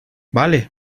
vale